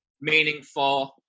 meaningful